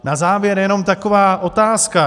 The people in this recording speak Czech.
Na závěr jenom taková otázka.